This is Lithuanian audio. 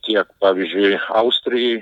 tiek pavyzdžiui austrijoj